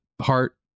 Heart